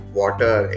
water